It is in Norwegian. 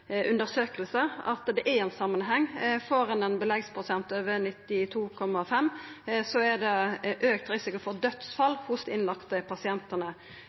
at det er ein samanheng. Får ein ein beleggsprosent på over 92,5, er det auka risiko for dødsfall for innlagde